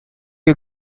you